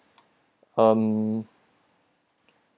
um